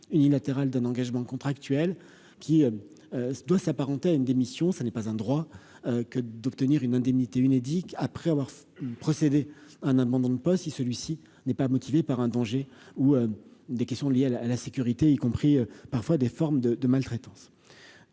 d'un engagement contractuel qui doit s'apparenter à une démission, ça n'est pas un droit que d'obtenir une indemnité Unédic après avoir procédé un abandon de poste si celui-ci n'est pas motivée par un danger ou des questions liées à la à la sécurité, y compris parfois des formes de de maltraitance